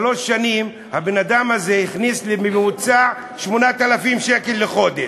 שלוש שנים הבן-אדם הזה הכניס לי בממוצע 8,000 שקל לחודש,